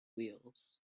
wheels